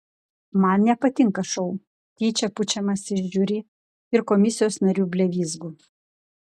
man nepatinka šou tyčia pučiamas iš žiuri ir komisijos narių blevyzgų